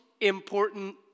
important